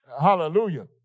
Hallelujah